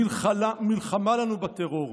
מלחמה לנו בטרור.